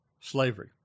Slavery